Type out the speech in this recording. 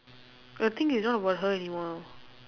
the thing is not about her anymore